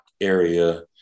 area